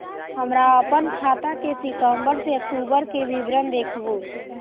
हमरा अपन खाता के सितम्बर से अक्टूबर के विवरण देखबु?